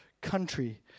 country